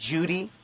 Judy